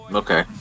okay